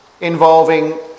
involving